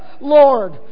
Lord